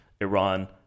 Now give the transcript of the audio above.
Iran